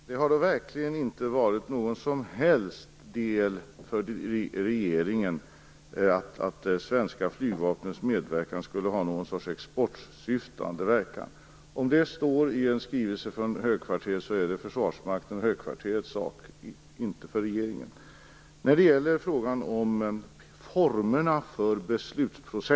Fru talman! För regeringen har det verkligen inte varit någon som helst del i det hela att svenska flygvapnets medverkan skulle ha något sorts exportsyftande verkan. Om det står så i en skrivelse från högkvarteret så är det Försvarsmaktens och högkvarterets sak - inte regeringens.